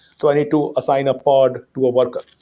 so i need to assign a pod to a worker.